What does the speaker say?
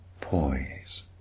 poise